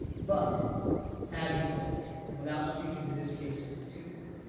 but having said that and without speaking to this case in particular,